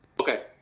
Okay